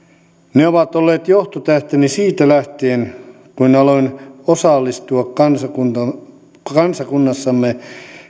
ne ovat olleet johtotähteni siitä lähtien kun aloin osallistua kansakunnassamme